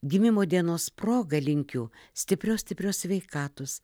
gimimo dienos proga linkiu stiprios stiprios sveikatos